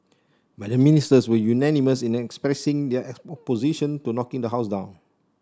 but the Ministers were unanimous in expressing their opposition to knocking the house down